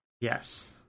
Yes